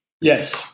Yes